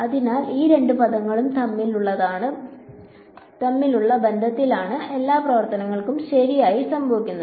അതിനാൽ ഈ രണ്ട് പദങ്ങളും തമ്മിലുള്ള ബന്ധത്തിലാണ് എല്ലാ പ്രവർത്തനങ്ങളും ശരിക്കും സംഭവിക്കുന്നത്